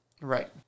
Right